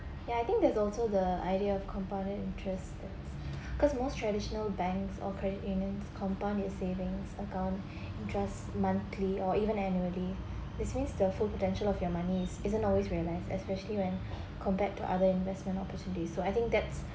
ya I think there's also the idea of compounded interest it's cause most traditional banks or credit unions compound your savings account interest monthly or even annually this means the full potential of your money is isn't always realised especially when compared to other investment opportunity so I think that's